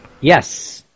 Yes